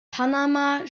panama